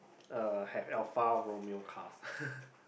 uh have Alfa-Romeo cars